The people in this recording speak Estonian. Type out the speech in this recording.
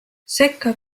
sekka